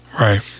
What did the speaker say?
Right